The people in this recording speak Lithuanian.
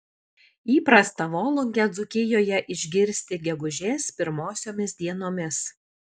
įprasta volungę dzūkijoje išgirsti gegužės pirmosiomis dienomis